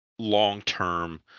long-term